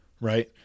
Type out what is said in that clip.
right